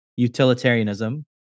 Utilitarianism